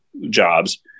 jobs